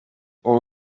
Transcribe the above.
all